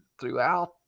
throughout